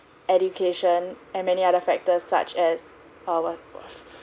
education and many other factors such as our